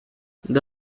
the